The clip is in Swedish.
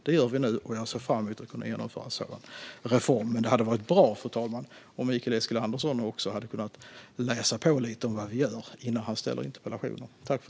Det gör vi nu, och jag ser fram emot att kunna genomföra en sådan reform. Det vore bra, fru talman, om Mikael Eskilandersson kunde läsa på lite om vad vi gör innan han ställer interpellationer.